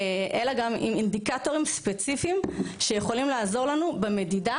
אלא גם אינדיקטורים ספציפיים שיכולים לעזור לנו במדידה